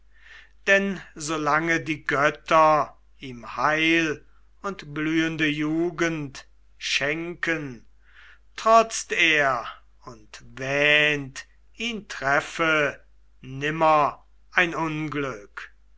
denn solange die götter ihm heil und blühende jugend schenken trotzt er und wähnt ihn treffe nimmer ein unglück